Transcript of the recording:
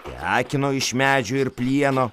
tekino iš medžio ir plieno